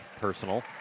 personal